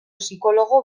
psikologo